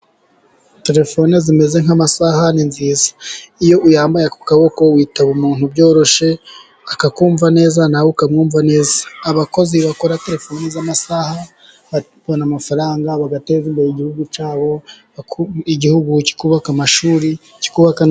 Terefone zimeze nk'amasahani nziza, iyo uyambaye ku kaboko witaba umuntu byoroshye, akakumva neza, nawe ukamwumva neza, abakozi bakora terefoni z'amasaha babona amafaranga bagateza imbere igihugu cyabo, igihugu kikubaka amashuri, kikubaka ni...